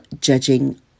judging